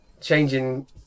changing